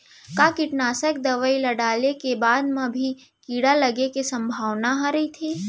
का कीटनाशक दवई ल डाले के बाद म भी कीड़ा लगे के संभावना ह रइथे?